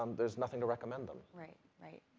um there's nothing to recommend them. right, right.